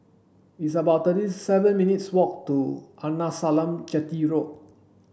it's about thirty seven minutes' walk to Arnasalam Chetty Road